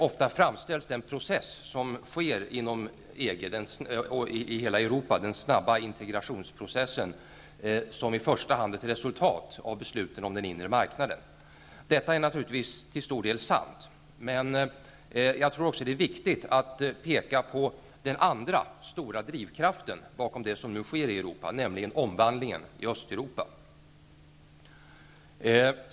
Ofta framställs den snabba integrationsprocess som sker inom EG och i hela Europa som i första hand ett resultat av besluten om den inre marknaden. Detta är naturligtvis till stor del sant, men jag tror att det också är viktigt att peka på den andra stora drivkraften bakom det som nu sker i Europa, nämligen omvandlingen i Östeuropa.